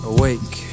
awake